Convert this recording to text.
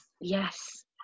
yes